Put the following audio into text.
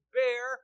bear